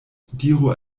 diru